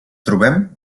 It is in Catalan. trobem